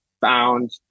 found